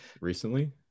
recently